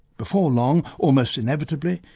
before long, almost inevitably,